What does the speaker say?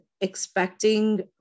expecting